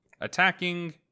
attacking